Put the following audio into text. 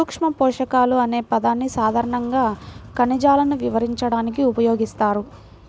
సూక్ష్మపోషకాలు అనే పదాన్ని సాధారణంగా ఖనిజాలను వివరించడానికి ఉపయోగిస్తారు